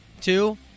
Two